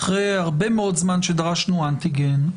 אחרי הרבה מאוד זמן שדרשנו אנטיגן.